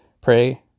Pray